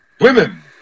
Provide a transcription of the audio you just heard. Women